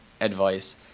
advice